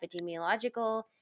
epidemiological